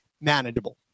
manageable